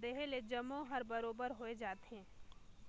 देहे ले जम्मो हर बरोबर होय जाथे